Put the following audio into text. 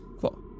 cool